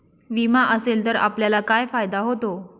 विमा असेल तर आपल्याला काय फायदा होतो?